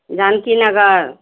Janaki Nagar